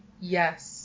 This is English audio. Yes